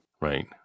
Right